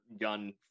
gun